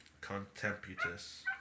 Contemptuous